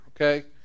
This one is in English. okay